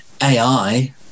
AI